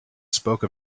spoke